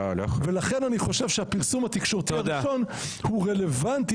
לכן אני חושב שהפרסום התקשורתי הראשון הוא רלוונטי